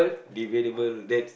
debatable that